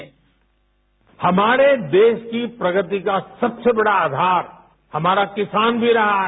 sound bite हमारे देश की प्रगति का सबसे बड़ा आधार हमारा किसान भी रहा है